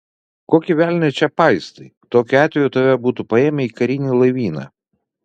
kokį velnią čia paistai tokiu atveju tave būtų paėmę į karinį laivyną